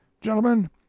Gentlemen